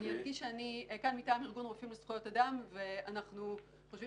אני אדגיש שאני כאן מטעם ארגון רופאים לזכויות אדם ואנחנו חושבים